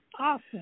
Awesome